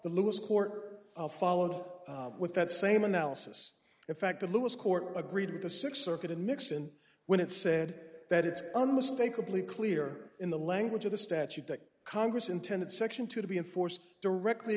the lewis court followed with that same analysis in fact the lewis court agreed with the six circuit and nixon when it said that it's unmistakably clear in the language of the statute that congress intended section two to be enforced directly